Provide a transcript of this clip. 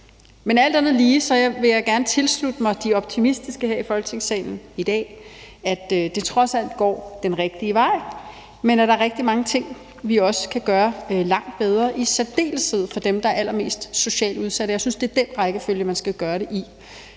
her. Alt andet lige vil jeg gerne tilslutte mig de optimistiske her i Folketingssalen i dag og sige, at det trods alt går den rigtige vej, men at der er rigtig mange ting, vi også kan gøre langt bedre, i særdeleshed for dem, der er allermest socialt udsatte. Jeg synes, det er den rækkefølge, man skal gøre det i.